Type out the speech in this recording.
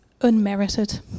Unmerited